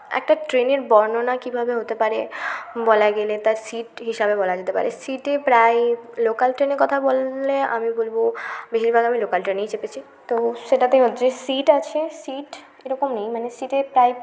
একটা ট্রেনের বর্ণনা কিভাবে হতে পারে বলা গেলে তার সিট হিসাবে বলা যেতে পারে সিটে প্রায় লোকাল ট্রেনের কথা বললে আমি বলবো বেশিরভাগ আমি লোকাল ট্রেনেই চেপেছি তো সেটাতে হচ্ছে সিট আছে সিট এরকম নেই মানে সিটে প্রায়